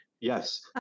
Yes